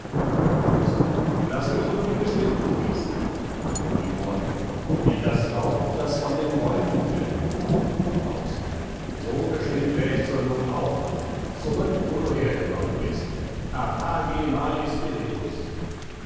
faust laß hören wie geschwind du bist polümor wie das laub das von den bäumen fällt faust so geschwind wär ich zur noth auch noch zurück wo du hergekommen bist apage male spiritus